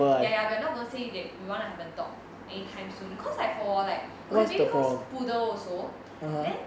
ya ya we're not going say that we want to have a dog anytime soon because for like maybe because poodle also then